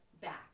back